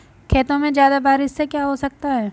खेतों पे ज्यादा बारिश से क्या हो सकता है?